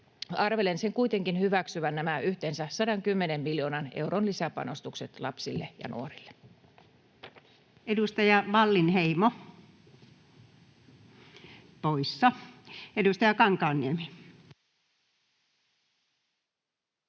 arvelen sen kuitenkin hyväksyvän nämä yhteensä 110 miljoonan euron lisäpanostukset lapsille ja nuorille. Edustaja Wallinheimo, poissa. — Edustaja Kankaanniemi.